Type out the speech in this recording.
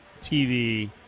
TV